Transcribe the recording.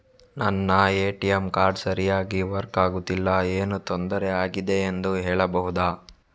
ನನ್ನ ATM card ಸರಿಯಾಗಿ work ಆಗುತ್ತಿಲ್ಲ, ಏನು ತೊಂದ್ರೆ ಆಗಿದೆಯೆಂದು ಹೇಳ್ಬಹುದಾ?